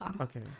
okay